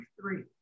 three